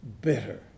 bitter